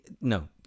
No